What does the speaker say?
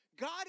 God